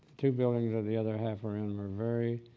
two buildings of the other half are ah and are very